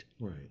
Right